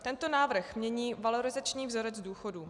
Tento návrh mění valorizační vzorec důchodu.